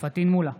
פטין מולא,